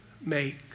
make